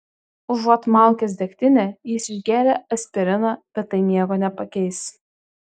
užuot maukęs degtinę jis išgėrė aspirino bet tai nieko nepakeis